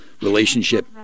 relationship